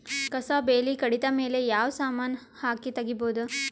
ಕಸಾ ಬೇಲಿ ಕಡಿತ ಮೇಲೆ ಯಾವ ಸಮಾನ ಹಾಕಿ ತಗಿಬೊದ?